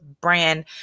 brand